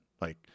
Like-